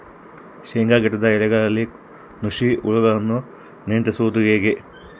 ಶೇಂಗಾ ಗಿಡದ ಎಲೆಗಳಲ್ಲಿ ನುಷಿ ಹುಳುಗಳನ್ನು ನಿಯಂತ್ರಿಸುವುದು ಹೇಗೆ?